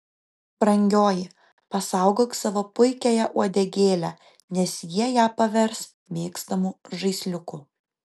brangioji pasaugok savo puikiąją uodegėlę nes jie ją pavers mėgstamu žaisliuku